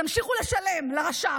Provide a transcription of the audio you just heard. תמשיכו לשלם לרש"פ,